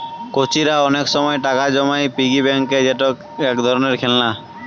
কচিরা অনেক সময় টাকা জমায় পিগি ব্যাংকে যেটা এক ধরণের খেলনা